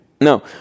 No